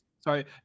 Sorry